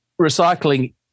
recycling